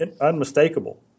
unmistakable